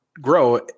grow